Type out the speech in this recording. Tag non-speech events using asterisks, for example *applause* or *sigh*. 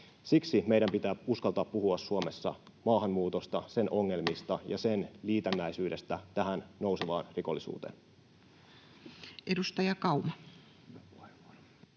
Siksi meidän pitää uskaltaa puhua Suomessa maahanmuutosta, sen ongelmista *noise* ja sen liitännäisyydestä tähän nousevaan rikollisuuteen. [Speech 278]